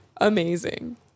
amazing